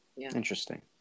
Interesting